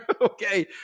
okay